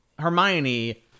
Hermione